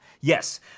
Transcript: Yes